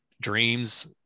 dreams